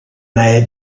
had